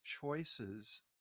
choices